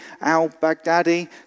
al-Baghdadi